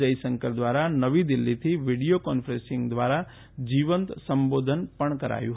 જયશંકર દ્વારા નવી દિલ્ફીથી વીડિયો કોન્ફરન્સિંગ દ્વારા જીવંત સંબોધન પણ કરાયું